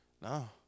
No